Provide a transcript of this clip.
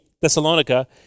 Thessalonica